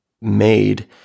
made